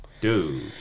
dude